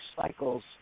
cycles